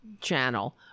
channel